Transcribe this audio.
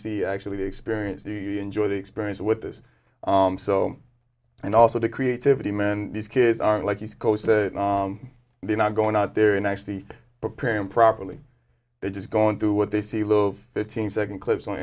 see actually experience enjoy the experience with this so and also the creativity man these kids are like east coast they're not going out there and actually preparing properly they're just going through what they see little fifteen second clips on